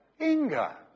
Inga